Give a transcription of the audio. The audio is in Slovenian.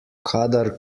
kadar